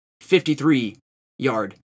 53-yard